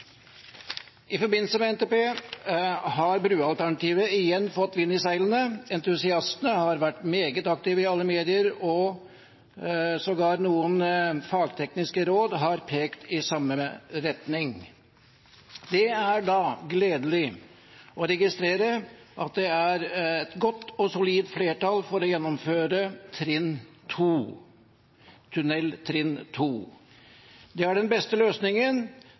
I forbindelse med NTP har brualternativet igjen fått vind i seilene, entusiastene har vært meget aktive i alle medier, og sågar har noen fagtekniske råd pekt i samme retning. Det er da gledelig å registrere at det er et godt og solid flertall for å gjennomføre tunnel trinn 2. Det er den beste løsningen,